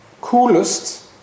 coolest